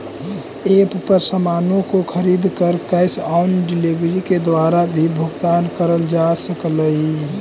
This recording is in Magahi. एप पर सामानों को खरीद कर कैश ऑन डिलीवरी के द्वारा भी भुगतान करल जा सकलई